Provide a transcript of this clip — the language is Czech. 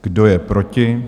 Kdo je proti?